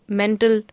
mental